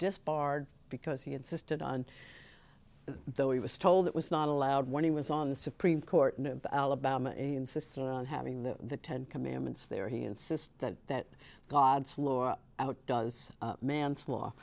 disbarred because he insisted on though he was told that was not allowed when he was on the supreme court alabama insists on having the ten commandments there he insists that god's law outdoes man's law